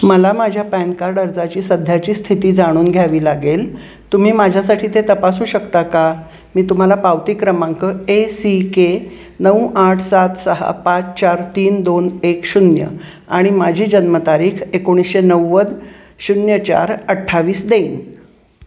मला माझ्या PAN card अर्जाची सध्याची स्थिती जाणून घ्यावी लागेल तुम्ही माझ्यासाठी ते तपासू शकता का मी तुम्हाला पावती क्रमांक ए सी केे नऊ आठ सात सहा पाच चार तीन दोन एक शून्य आणि माझी जन्मतारीख एकोणीसशे नव्वद शून्य चार अठ्ठावीस देईन